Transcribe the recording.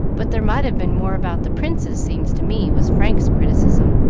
but there might have been more about the princes, seems to me, was frank's criticism,